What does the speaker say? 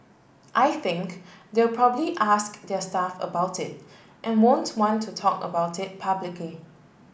I think they'll probably ask their staff about it and won't want to talk about it publicly